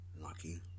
Lucky